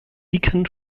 dicken